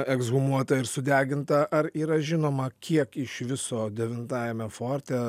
ekshumuota ir sudeginta ar yra žinoma kiek iš viso devintajame forte